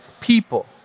people